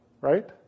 right